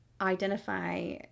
identify